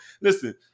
Listen